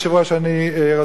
אני רוצה לחזור,